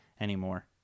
anymore